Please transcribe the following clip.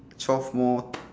twelve more